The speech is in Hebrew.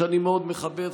שאני מאוד מכבד,